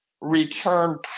return